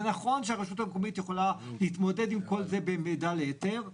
זה נכון שרשות מקומית יכולה להתמודד עם כל זה במידע להיתר.